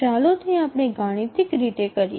ચાલો આપણે તે ગાણિતિક રીતે કરીએ